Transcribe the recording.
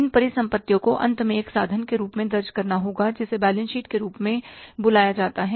इन परिसंपत्तियों को अंत में एक साधन में दर्ज करना होगा जिसे बैलेंस शीट के रूप में बुलाया जाता है